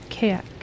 Kayak